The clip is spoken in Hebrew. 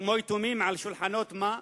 כמו יתומים על שולחנות, מה?